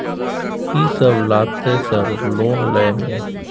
कि सब लगतै सर लोन लय में?